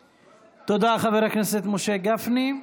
תודה, חבר הכנסת משה גפני.